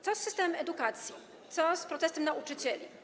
Co z systemem edukacji, co z protestem nauczycieli?